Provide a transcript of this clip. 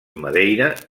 madeira